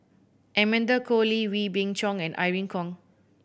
Amanda Koe Lee Wee Beng Chong and Irene Khong